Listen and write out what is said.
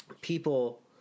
people